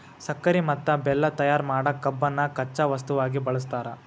ಸಕ್ಕರಿ ಮತ್ತ ಬೆಲ್ಲ ತಯಾರ್ ಮಾಡಕ್ ಕಬ್ಬನ್ನ ಕಚ್ಚಾ ವಸ್ತುವಾಗಿ ಬಳಸ್ತಾರ